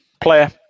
Player